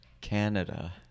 Canada